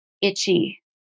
itchy